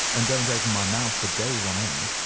and don't open my mouth for days on end.